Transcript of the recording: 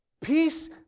Peace